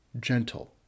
gentle